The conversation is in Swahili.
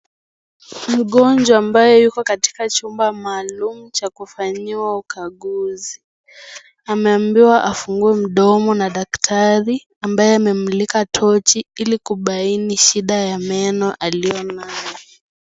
Mgonjwa ambaye yuko katika chumba maalum cha kufanyiwa ukaguzi. Ameambiwa afungue mdomo na daktari ambaye amemulika tochi ili kubaini ni shida ya meno aliyo nayo.